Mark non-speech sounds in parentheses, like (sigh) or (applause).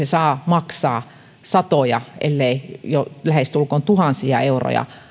(unintelligible) saa maksaa satoja ellei jo lähestulkoon tuhansia euroja